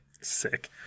Sick